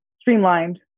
streamlined